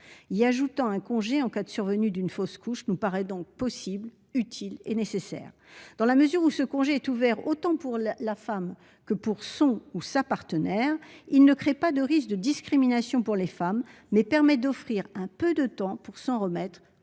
Y ajouter un congé en cas de survenue d'une fausse couche nous paraît donc possible, utile et nécessaire. Dans la mesure où ce congé serait ouvert autant pour la femme que pour son ou sa partenaire, il ne créerait pas de risque de discrimination pour les femmes, mais permettrait d'offrir aux personnes affectées un peu de